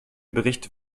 bericht